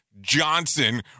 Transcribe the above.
Johnson